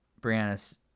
Brianna's